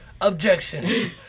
Objection